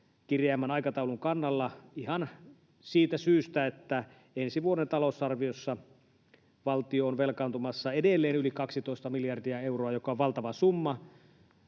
kireämmän aikataulun kannalla ihan siitä syystä, että ensi vuoden talousarviossa valtio on velkaantumassa edelleen yli 12 miljardia euroa, joka on valtava summa.